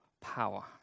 power